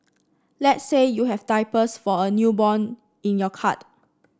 let's say you have diapers for a newborn in your cart